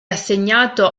assegnato